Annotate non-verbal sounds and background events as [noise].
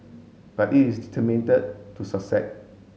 but it is [unintelligible] to succeed